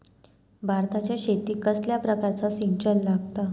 भाताच्या शेतीक कसल्या प्रकारचा सिंचन लागता?